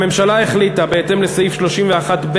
הממשלה החליטה, בהתאם לסעיף 31(ב)